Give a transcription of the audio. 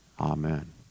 Amen